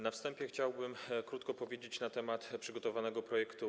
Na wstępie chciałbym krótko powiedzieć na temat przygotowanego projektu